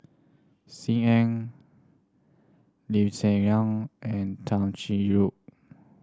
Sim Ann Lee Hsien Yang and Tay Chin Yoo